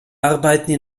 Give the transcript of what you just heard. arbeiten